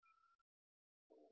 C